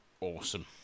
awesome